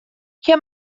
hier